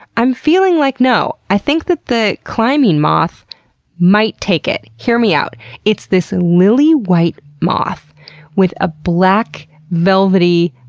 i'm feeling like, no. i think that the clymene moth might take it. hear me out it's this lily-white moth with a black, velvety,